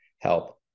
help